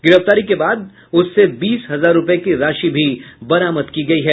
गिरफ्तारी के बाद उससे बीस हजार रूपये की राशि भी बरामद की गयी है